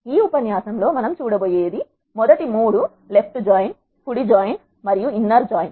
ఈ ఉపన్యాసంలో మనం చూడబోయేది మొదటి 3 లెఫ్ట్ జాయిన్ కుడి జాయిన్ మరియు ఇన్నర్ జాయిన్